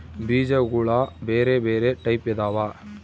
ಬೀಜಗುಳ ಬೆರೆ ಬೆರೆ ಟೈಪಿದವ